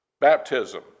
Baptism